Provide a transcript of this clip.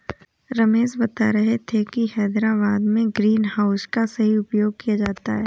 रमेश बता रहे थे कि हैदराबाद में ग्रीन हाउस का सही उपयोग किया जाता है